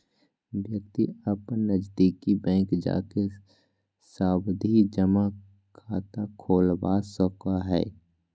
व्यक्ति अपन नजदीकी बैंक जाके सावधि जमा खाता खोलवा सको हय